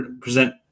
present